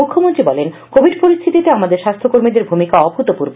মুখ্যমন্ত্রী বলেন কোভিড পরিস্থিতিতে আমাদের স্বাস্থ্য কর্মীদের ভূমিকা অভূতপূর্ব